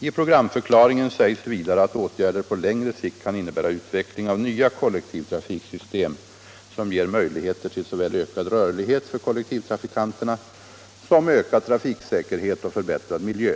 I programförklaringen sägs vidare att åtgärder på längre sikt kan innebära utveckling av nya kollektivtrafiksystem som ger möjligheter till såväl ökad rörlighet för kollektivtrafikanterna som ökad trafiksäkerhet och förbättrad miljö.